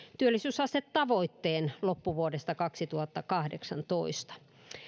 työllisyysastetavoitteen loppuvuodesta kaksituhattakahdeksantoista